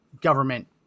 government